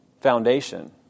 foundation